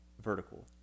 vertical